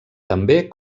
també